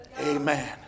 Amen